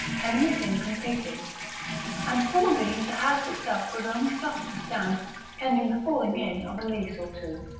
hemming it in completely and probably the house itself was only suffered to stand pending the falling-in of a lease or two,